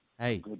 Hey